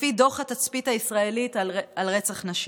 לפי דוח התצפית הישראלית על רצח נשים.